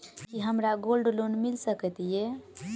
की हमरा gold loan मिल सकैत ये?